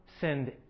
send